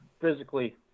physically